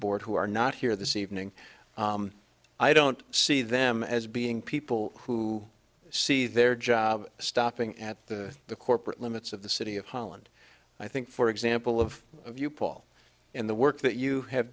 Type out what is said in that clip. board who are not here this evening i don't see them as being people who see their job stopping at the corporate limits of the city of holland i think for example of of you paul and the work that you have